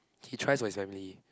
he tries for his family